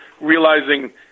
realizing